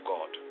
God